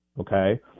Okay